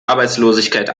arbeitslosigkeit